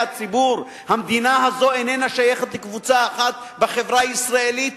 הציבור: המדינה הזאת איננה שייכת לקבוצה אחת בחברה הישראלית,